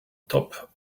top